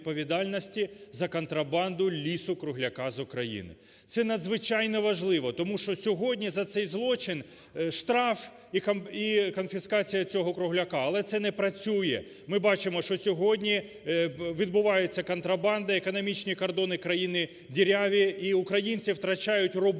за контрабанду лісу-кругляка з України. Це надзвичайно важливо. Тому що сьогодні за цей злочин штраф і конфіскація цього кругляка, але це не працює. Ми бачимо, що сьогодні відбуваються контрабанди, економічні кордони країни діряві, і українці втрачають роботу,